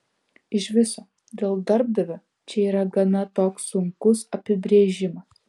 iš viso dėl darbdavio čia yra gana toks sunkus apibrėžimas